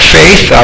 faith